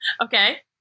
Okay